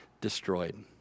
destroyed